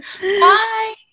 bye